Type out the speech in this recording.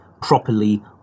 properly